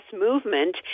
movement